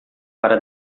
para